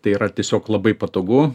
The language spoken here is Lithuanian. tai yra tiesiog labai patogu